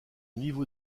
niveau